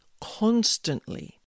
constantly